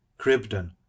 Cribden